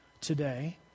today